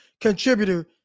contributor